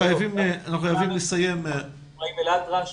גם אצל סלאם אל אטרש,